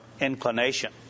inclination